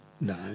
No